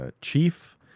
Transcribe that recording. Chief